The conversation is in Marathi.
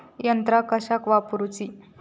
यंत्रा कशाक वापुरूची?